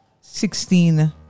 sixteen